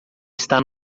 está